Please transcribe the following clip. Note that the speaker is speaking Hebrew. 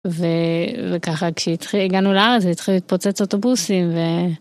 וככה כשהגענו לארץ והתחילו להתפוצץ אוטובוסים.